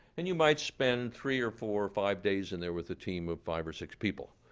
and you might spend three or four or five days in there with a team of five or six people.